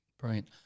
Brilliant